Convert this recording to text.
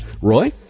Roy